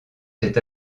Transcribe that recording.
s’est